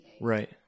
Right